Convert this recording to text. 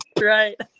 Right